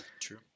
True